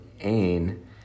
Ain